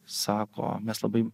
sako mes labai